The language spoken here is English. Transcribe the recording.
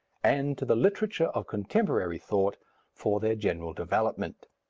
and to the literature of contemporary thought for their general development.